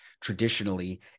traditionally